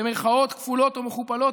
במירכאות כפולות ומכופלות,